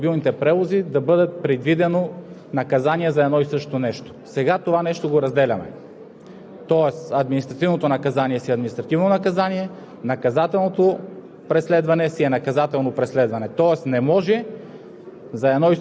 критики или препоръки – както искате, така го разбирайте. Тогава Ви казахме, че няма как и в Наказателния кодекс, и в Закона за автомобилните превози да бъде предвидено наказание за едно и също нещо – сега го разделяме.